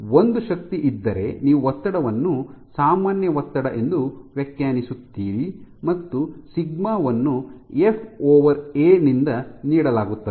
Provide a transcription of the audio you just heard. ಒಂದು ಶಕ್ತಿ ಇದ್ದರೆ ನೀವು ಒತ್ತಡವನ್ನು ಸಾಮಾನ್ಯ ಒತ್ತಡ ಎಂದು ವ್ಯಾಖ್ಯಾನಿಸುತ್ತೀರಿ ಮತ್ತು ಸಿಗ್ಮಾ ವನ್ನು ಎಫ್ ಎ FA ನಿಂದ ನೀಡಲಾಗುತ್ತದೆ